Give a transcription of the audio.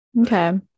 Okay